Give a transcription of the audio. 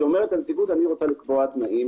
שאומרת הנציגות: אני רוצה לקבוע תנאים